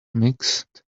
mixed